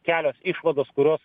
kelios išvados kurios